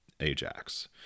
Ajax